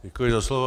Děkuji za slovo.